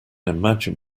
imagine